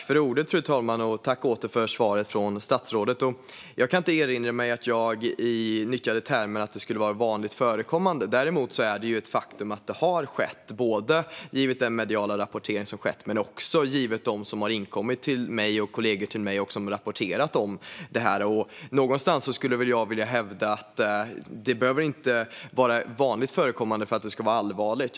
Fru talman! Tack för svaret, statsrådet! Jag kan inte erinra mig att jag nyttjade uttrycket "vanligt förekommande". Däremot är det ett faktum att detta har skett; det visar rapporteringen både från medier och från dem som kommit till mig och kollegor till mig och berättat om det. Jag vill hävda att det inte behöver vara vanligt förekommande för att vara allvarligt.